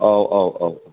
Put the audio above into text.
औ औ औ